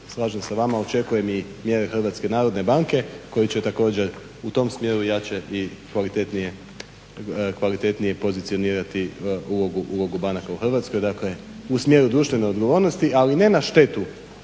slažem sa vama, a očekujem i mjere HNB-a koje će također u tom smjeru jače i kvalitetnije pozicionirati ulogu banaka u Hrvatskoj u smjeru društvene odgovornosti ali ne na štetu